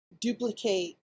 duplicate